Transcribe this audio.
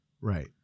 Right